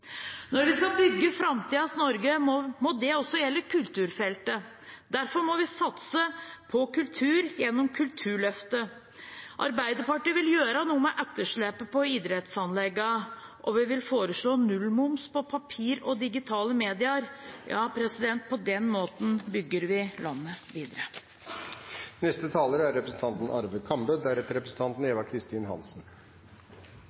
Når vi skal bygge framtidens Norge, må det også gjelde kulturfeltet. Derfor må vi satse på kultur gjennom Kulturløftet. Arbeiderpartiet vil gjøre noe med etterslepet på idrettsanleggene, og vi vil foreslå nullmoms på papir og digitale medier. På den måten bygger vi landet videre.